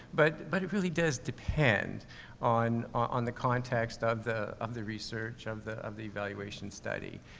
but, but it really does depend on. on the context of the, of the research, of the, of the evaluation study.